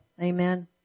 Amen